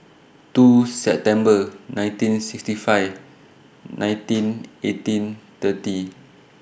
two September nineteen sixty five nineteen eighteen thirty